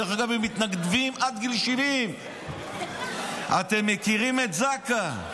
הם מתנדבים עד גיל 70. אתם מכירים את זק"א?